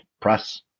press